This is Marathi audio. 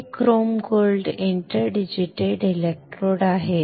हे क्रोम गोल्ड इंटरडिजिटेटेड इलेक्ट्रोड आहेत